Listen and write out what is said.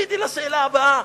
וציפיתי לשאלה הבאה: